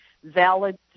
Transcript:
Valid